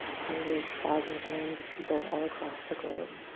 hundreds, thousands, millions of people all across the globe.